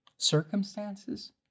Circumstances